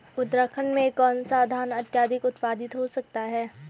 उत्तराखंड में कौन सा धान अत्याधिक उत्पादित हो सकता है?